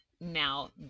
Now